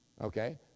Okay